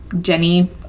Jenny